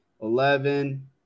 eleven